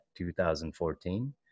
2014